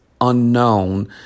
unknown